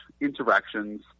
interactions